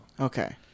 Okay